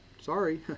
sorry